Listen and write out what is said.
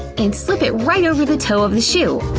and slip it right over the toe of the shoe.